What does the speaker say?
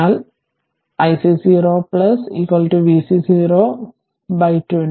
അതിനാൽ ic 0 vc 0 by 20